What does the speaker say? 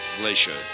Glacier